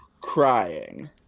crying